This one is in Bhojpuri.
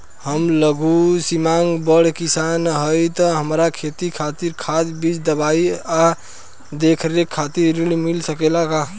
हम लघु सिमांत बड़ किसान हईं त हमरा खेती खातिर खाद बीज दवाई आ देखरेख खातिर ऋण मिल सकेला का?